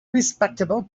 respectable